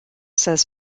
says